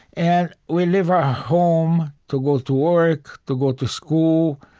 and we leave our home to go to work, to go to school,